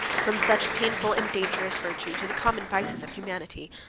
from such painful and dangerous virtue, to the common vices of humanity,